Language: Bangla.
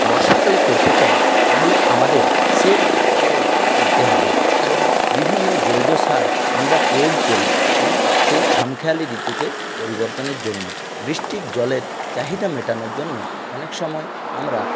বর্ষাকালে করতে চাই তাহলে আমাদের শেড করে করতে হবে এবং বিভিন্ন জৈব সার আমরা প্রয়োগ করি এবং সেই খামখেয়ালি ঋতুকে পরিবর্তনের জন্য বৃষ্টির জলের চাহিদা মেটানোর জন্য অনেক সময় আমরা